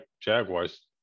Jaguars